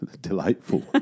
delightful